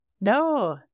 No